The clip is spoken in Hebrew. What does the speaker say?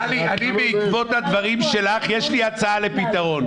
בעקבות הדברים שלך יש לי הצעה לפתרון.